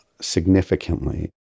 significantly